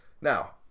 Now